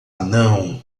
não